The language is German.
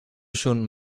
schon